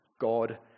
God